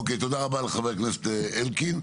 אוקיי, תודה רבה לחבר הכנסת אלקין.